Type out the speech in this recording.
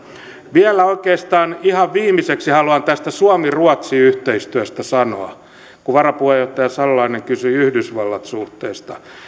vielä oikeastaan ihan viimeiseksi haluan tästä suomi ruotsi yhteistyöstä sanoa kun varapuheenjohtaja salolainen kysyi yhdysvallat suhteista